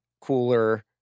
cooler